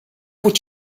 what